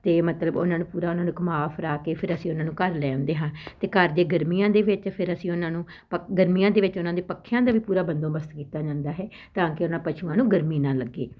ਅਤੇ ਮਤਲਬ ਉਹਨਾਂ ਨੂੰ ਪੂਰਾ ਉਹਨਾਂ ਨੂੰ ਘੁੰਮਾ ਫਿਰਾ ਕੇ ਫਿਰ ਅਸੀਂ ਉਹਨਾਂ ਨੂੰ ਘਰ ਲੈ ਆਉਂਦੇ ਹਾਂ ਅਤੇ ਘਰ ਦੇ ਗਰਮੀਆਂ ਦੇ ਵਿੱਚ ਫਿਰ ਅਸੀਂ ਉਹਨਾਂ ਨੂੰ ਪ ਗਰਮੀਆਂ ਦੇ ਵਿੱਚ ਉਹਨਾਂ ਦੇ ਪੱਖਿਆਂ ਦਾ ਵੀ ਪੂਰਾ ਬੰਦੋਬਸਤ ਕੀਤਾ ਜਾਂਦਾ ਹੈ ਤਾਂ ਕਿ ਉਹਨਾਂ ਪਸ਼ੂਆਂ ਨੂੰ ਗਰਮੀ ਨਾ ਲੱਗੇ